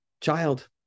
child